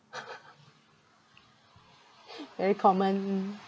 very common mm